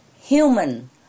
human